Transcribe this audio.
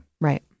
Right